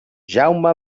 jaume